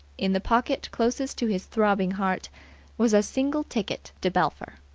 in the pocket closest to his throbbing heart was a single ticket to belpher.